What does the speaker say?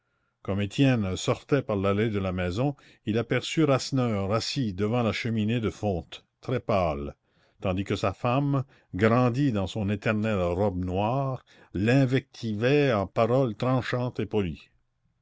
comme étienne sortait par l'allée de la maison il aperçut rasseneur assis devant la cheminée de fonte très pâle tandis que sa femme grandie dans son éternelle robe noire l'invectivait en paroles tranchantes et polies